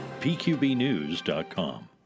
pqbnews.com